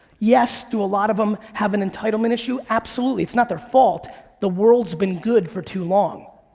yes, do a lot of em have an entitlement issue? absolutely. it's not their fault. the world's been good for too long.